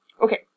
Okay